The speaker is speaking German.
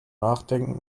nachdenken